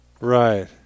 Right